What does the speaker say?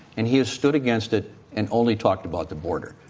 and he has stood against it and only talked about the border.